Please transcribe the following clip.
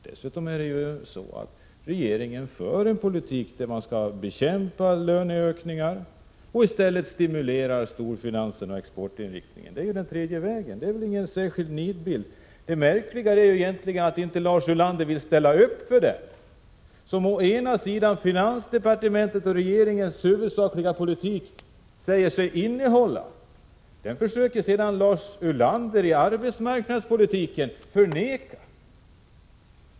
Dessutom för regeringen en politik som skall bekämpa löneökningar och i stället stimulera storfinansen och exportinriktningen. Det är ju den tredje vägen — det är ingen särskild nidbild. Det märkliga är egentligen att Lars Ulander inte vill ställa upp för detta. Det som enligt vad finansdepartementet och regeringen säger är den huvudsakliga politiken förnekar Lars Ulander i arbetsmarknadspolitiken.